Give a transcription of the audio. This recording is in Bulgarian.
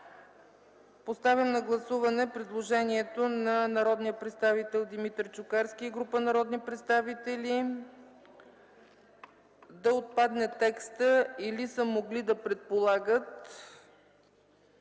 Поставям на гласуване предложението на народния представител Димитър Чукарски и група народни представители – да отпадне текстът „или са могли да предполагат”.